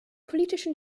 politischen